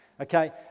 okay